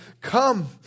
Come